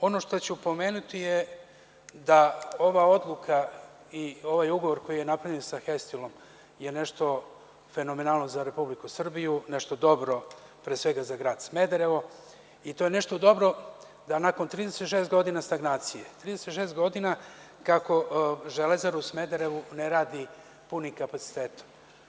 Ono što ću pomenuti je da ova odluka i ovaj ugovor koji je napravljen sa „Hestilom“ je nešto fenomenalno za Republiku Srbiju, nešto dobro pre svega za grad Smederevo i to je nešto dobro nakon 36 godina stagnacije, 36 godina kako Železara u Smederevu ne radi punim kapacitetom.